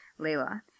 Layla